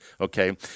okay